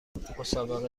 مسابقه